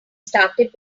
started